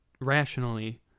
Rationally